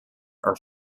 are